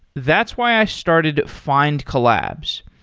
that's why i started findcollabs.